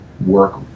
work